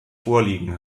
vorliegen